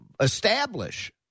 establish